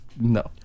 No